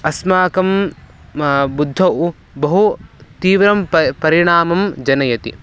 अस्माकं म बुद्धौ बहु तीव्रं प परिणामं जनयति